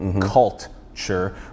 culture